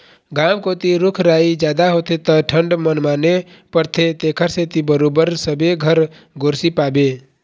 गाँव कोती रूख राई जादा होथे त ठंड मनमाने परथे तेखरे सेती बरोबर सबे घर गोरसी पाबे